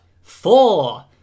Four